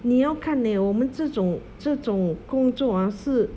你要看 leh 我们这种这种工作 ah 是